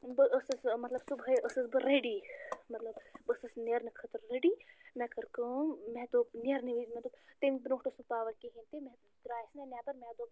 بہٕ ٲسٕس مطلب صُبحٲے ٲسٕس بہٕ ریڈی مطلب بہٕ ٲسٕس نیرنہٕ خٲطرٕ ریڈی مےٚ کٔر کٲم مےٚ دوٚپ نیرنہٕ وِز مےٚ دوٚپ تَمہِ برٛونٛٹھ اوس نہٕ پاوَر کِہیٖنۍ تہِ مےٚ درٛایَس نا نٮ۪بَر مےٚ دوٚپ